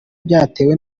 byatewe